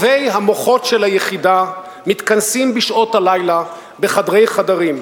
טובי המוחות של היחידה מתכנסים בשעות הלילה בחדרי-חדרים,